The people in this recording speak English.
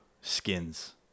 Skins